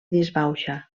disbauxa